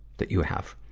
that you have.